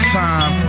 time